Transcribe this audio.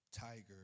Tiger